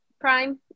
Prime